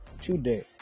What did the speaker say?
Today